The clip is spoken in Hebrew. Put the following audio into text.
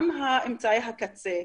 גם אמצעי הקצה.